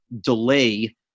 delay